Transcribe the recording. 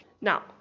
Now